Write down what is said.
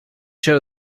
show